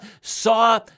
saw